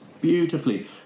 beautifully